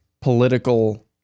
political